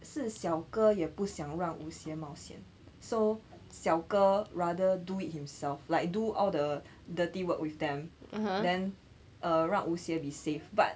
是小哥也不想让 wu xie 冒险 so 小哥 rather do it himself like do all the dirty work with them then uh 让 wu xie be safe